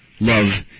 Love